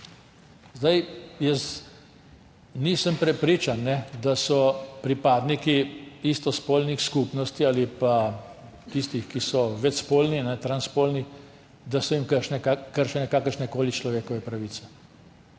delu. Jaz nisem prepričan, da so pripadnikom istospolnih skupnosti ali pa tistim, ki so večspolni, transspolni, kršene kakršnekoli človekove pravice.